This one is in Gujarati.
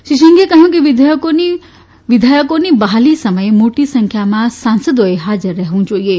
શ્રી સિંઘે કહ્યું કે વિધેયકોની બહાલી સમયે મોટી સંખ્યામાં સાંસદોએ હાજર રહેવું જોઇએ